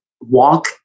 walk